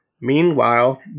meanwhile